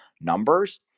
numbers